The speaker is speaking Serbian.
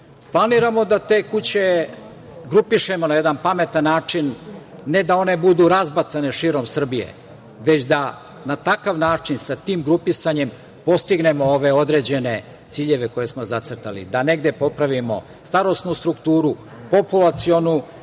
njima. Planiramo da te kuće grupišemo na jedan pametan način, ne da one budu razbacane širom Srbije, već da na takav način sa tim grupisanjem postignemo ove određene ciljeve koje smo zacrtali, da negde popravimo starosnu strukturu, populacionu,